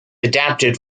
adapted